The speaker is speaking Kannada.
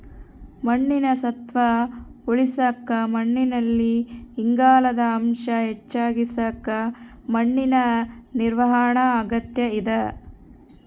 ಮಣ್ಣಿನ ಸತ್ವ ಉಳಸಾಕ ಮಣ್ಣಿನಲ್ಲಿ ಇಂಗಾಲದ ಅಂಶ ಹೆಚ್ಚಿಸಕ ಮಣ್ಣಿನ ನಿರ್ವಹಣಾ ಅಗತ್ಯ ಇದ